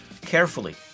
Carefully